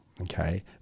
okay